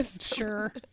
Sure